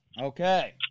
Okay